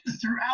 throughout